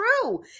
true